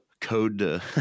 code